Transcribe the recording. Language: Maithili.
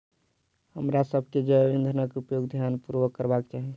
हमरासभ के जैव ईंधनक उपयोग ध्यान पूर्वक करबाक चाही